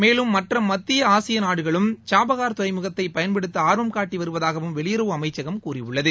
மேலும் மற்ற மத்திய ஆசிய நாடுகளும் சபஹர் துறைமுகத்தை பயன்படுத்த ஆர்வம் காட்டி வருவதாக வெளியுறவு அமைச்சகம் கூறியுள்ளது